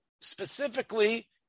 specifically